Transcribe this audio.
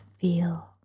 feel